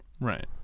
Right